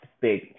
big